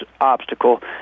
obstacle